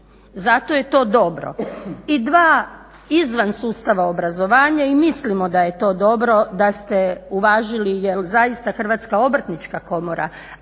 Zato je to dobro. I dva izvan sustava obrazovanja i mislimo da je to dobro, da ste uvažili, jer zaista Hrvatska obrtnička komora,